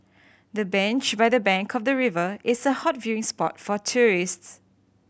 the bench by the bank of the river is a hot viewing spot for tourists